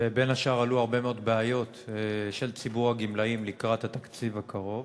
ובין השאר עלו הרבה מאוד בעיות של ציבור הגמלאים לקראת התקציב הקרוב.